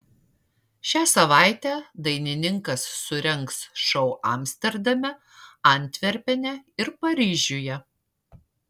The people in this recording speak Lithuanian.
šią savaitę dainininkas surengs šou amsterdame antverpene ir paryžiuje